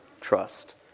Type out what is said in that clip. trust